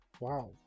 wow